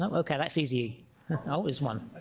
um okay that's easy always one